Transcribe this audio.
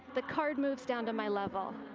the card moves down to my level.